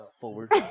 forward